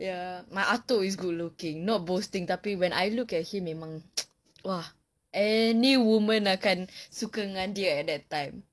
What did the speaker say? ya my atuk is good looking not boasting tapi when I look at him memang !wah! any woman akan suka dengan dia at that time